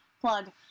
Plug